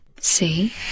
See